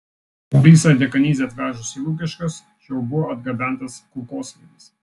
borisą dekanidzę atvežus į lukiškes čia jau buvo atgabentas kulkosvaidis